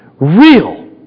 real